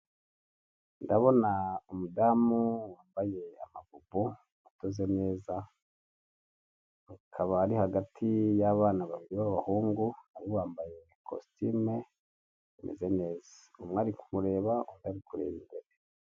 Ndabona umudamu wambaye amabubu adoze neza ,akaba ari hagati y'abana babiri b'abahungu, nawe yambaye cositime imeze neza, umwe ari kumureba und' ari kureba imbere.